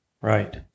Right